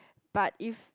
but if